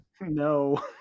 No